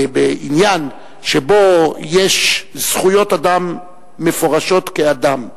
בעניין שבו יש זכויות אדם מפורשות כאדם,